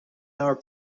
our